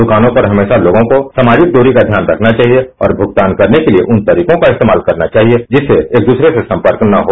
दुकानों पर हमेशा लोगों को सामाजिक दूरी का ध्यान रखना चाहिए और भुगतान करने के लिए उन तरीकों का इस्तेमाल करना चाहिए जिससे एक दूसरे से संपर्क न हो